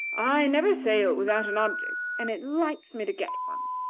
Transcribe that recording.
i never sail without an object, and it lights me to get one.